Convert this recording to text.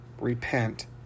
Repent